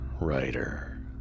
writer